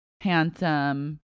handsome